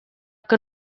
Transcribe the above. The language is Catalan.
que